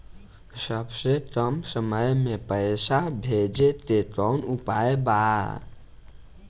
सबसे कम समय मे पैसा भेजे के कौन उपाय बा?